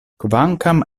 kvankam